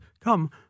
come